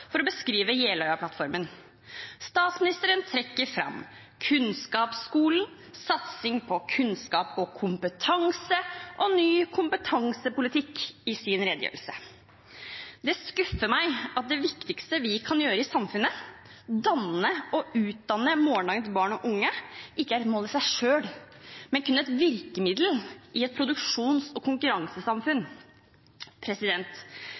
for å beskrive Jeløya-plattformen. Statsministeren trekker fram kunnskapsskolen, satsing på kunnskap og kompetanse og ny kompetansepolitikk i sin redegjørelse. Det skuffer meg at det viktigste vi kan gjøre i samfunnet – danne og utdanne morgendagens barn og unge – ikke er et mål i seg selv, men kun et virkemiddel i et produksjons- og konkurransesamfunn.